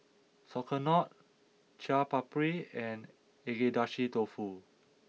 Sauerkraut Chaat Papri and Agedashi Dofu